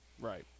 right